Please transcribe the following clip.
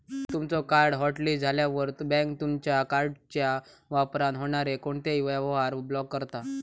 तुमचो card hotlist झाल्यावर, bank तुमचा कार्डच्यो वापरान होणारो कोणतोही व्यवहार ब्लॉक करता